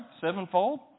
Sevenfold